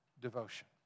devotion